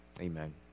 Amen